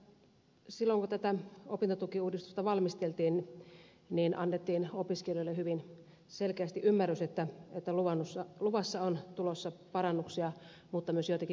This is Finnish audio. silloin kun tätä opintotukiuudistusta valmisteltiin annettiin opiskelijoille hyvin selkeästi ymmärrys että luvassa on parannuksia mutta myös joitakin tiukennuksia